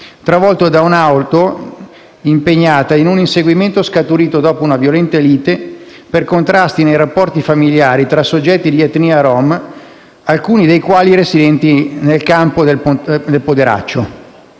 semaforo, da un'auto impegnata in un inseguimento scaturito dopo una violenta lite per contrasti nei rapporti familiari tra soggetti di etnia rom, alcuni dei quali residenti nel campo del Poderaccio.